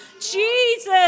Jesus